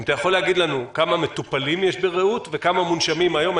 האם אתה יכול להגיד לנו כמה מטופלים יש ב"רעות" וכמה מונשמים היום?